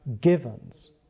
givens